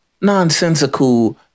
nonsensical